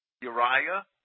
Uriah